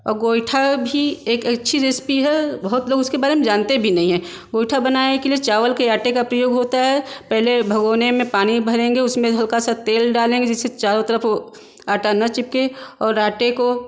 और गोइठा भी एक अच्छी रेसिपी है बहुत लोग उसके बारे में जानते भी नहीं हैं गोइठा बनाए के लिए चावल के आटे का प्रयोग होता है पहले भगौने में पानी भरेंगे उसमें हल्का सा तेल डालेंगे जिससे चारों तरफ़ ओ आटा ना चिपके और आटे को